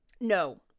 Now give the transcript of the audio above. no